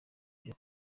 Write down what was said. byo